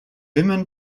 women